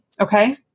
Okay